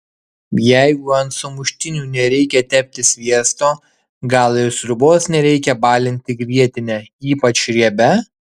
jeigu ant sumuštinių nereikia tepti sviesto gal ir sriubos nereikia balinti grietine ypač riebia